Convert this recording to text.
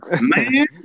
man